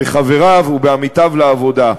בחבריו ובעמיתיו לעבודה.